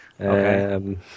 Okay